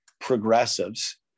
progressives